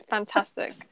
Fantastic